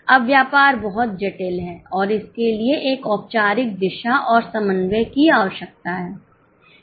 अब व्यापार बहुत जटिल है और इसके लिए एक औपचारिक दिशा और समन्वय की आवश्यकता है